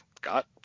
got